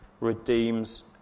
redeems